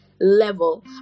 level